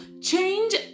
change